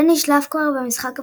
זה נשלף כבר במשחק הפתיחה,